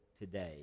today